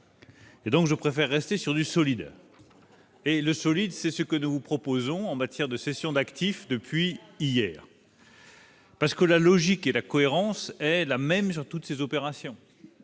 ! Je préfère rester sur du solide. Le solide, c'est ce que nous vous proposons en matière de cession d'actifs depuis hier. En effet, la logique et la cohérence sont les mêmes pour toutes ces opérations